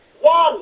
One